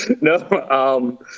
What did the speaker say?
No